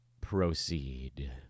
proceed